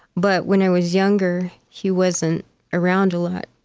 but when i was younger, he wasn't around a lot,